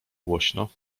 głośno